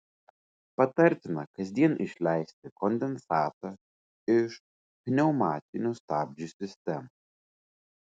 patartina kasdien išleisti kondensatą iš pneumatinių stabdžių sistemos